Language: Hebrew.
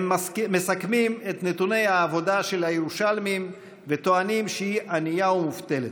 הם מסכמים את נתוני העבודה של הירושלמים וטוענים שהיא ענייה ומובטלת,